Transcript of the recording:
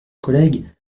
collègue